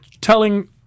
telling